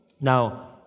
Now